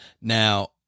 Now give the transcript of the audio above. Now